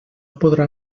podrà